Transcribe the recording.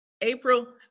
april